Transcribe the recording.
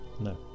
no